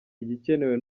igikenewe